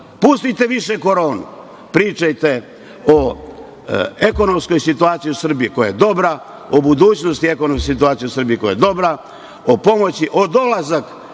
pustite više Koronu, pričajte o ekonomskoj situaciju u Srbiji koja je dobra, o budućnosti i ekonomskoj situaciji koja je dobra, o pomoći, o dolasku